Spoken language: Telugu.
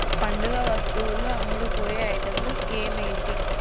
పండుగ వస్తువులో అమ్ముడుపోయే ఐటెంలు ఏంటేంటి